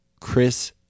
Chris